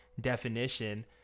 definition